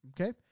Okay